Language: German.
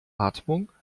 atmung